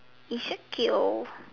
ezekiel